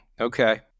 Okay